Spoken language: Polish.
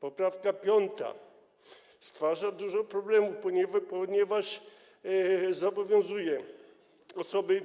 Poprawka 5. stwarza dużo problemów, ponieważ zobowiązuje osoby,